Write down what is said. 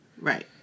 Right